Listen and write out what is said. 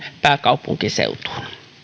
pääkaupunkiseutuun